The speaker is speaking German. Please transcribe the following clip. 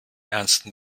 ernsten